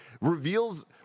reveals